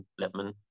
Lipman